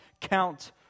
count